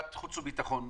החוץ והביטחון,